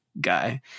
guy